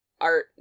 art